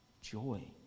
joy